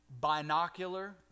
binocular